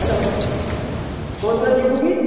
hello କୋଉ ଦିନ ଯିବୁ କି